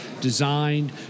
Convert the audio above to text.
designed